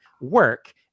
work